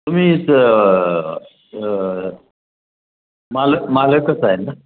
तुम्ही स मालक मालकच आहे ना